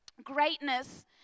Greatness